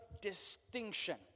distinction